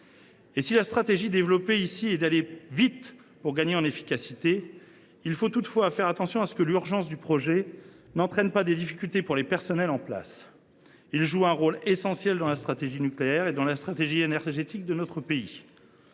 Si la stratégie développée ici est d’aller vite pour gagner en efficacité, il faut toutefois faire attention à ce que l’urgence du projet n’entraîne pas des difficultés pour les personnels en place. Ils jouent un rôle essentiel dans la stratégie nucléaire et dans la stratégie énergétique de notre pays.